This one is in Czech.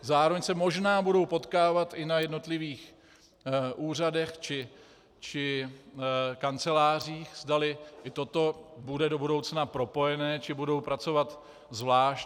Zároveň se možná budou potkávat i na jednotlivých úřadech či kancelářích, zdali i toto bude do budoucna propojené, či budou pracovat zvlášť.